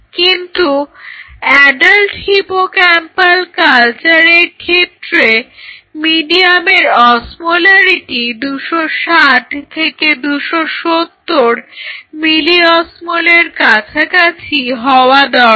কিন্তু adult hippocampal কালচারের ক্ষেত্রে মিডিয়ামের অসমোলারিটি 260 থেকে 270 মিলি অস্মলের কাছাকাছি হওয়া দরকার